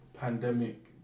pandemic